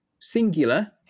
singular